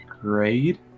grade